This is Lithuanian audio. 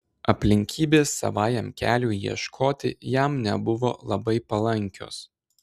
aplinkybės savajam keliui ieškoti jam nebuvo labai palankios